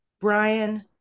Brian